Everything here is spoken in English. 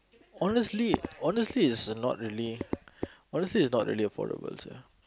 honestly honestly this is a lot really honestly it's not really affordable also